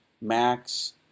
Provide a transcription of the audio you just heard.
Max